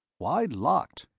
why locked?